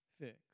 fix